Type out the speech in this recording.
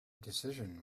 decision